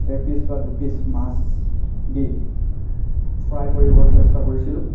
এপিচ বা দুপিচ মাছ দি ফ্ৰাই কৰিবৰ চেষ্টা কৰিছিলোঁ